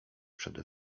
przede